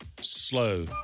slow